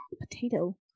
potato